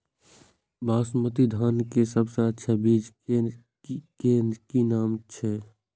बासमती धान के सबसे अच्छा बीज के नाम की छे?